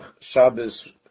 Shabbos